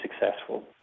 successful